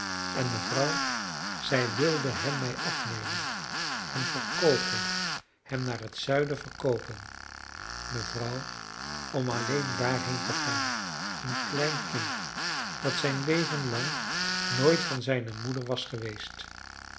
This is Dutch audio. en mevrouw zij wilden hem mij afnemen hem verkoopen hem naar het zuiden verkoopen mevrouw om alleen daarheen te gaan een klein kind dat zijn leven lang nooit van zijne moeder was geweest